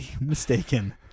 mistaken